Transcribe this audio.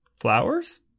flowers